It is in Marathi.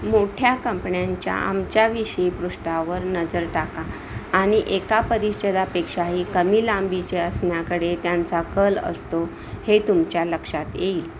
मोठ्या कंपण्यांच्या आमच्याविषयी पृष्ठावर नजर टाका आणि एका परिच्छेदापेक्षाही कमी लांबीचे असण्याकडे त्यांचा कल असतो हे तुमच्या लक्षात येईल